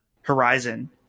Horizon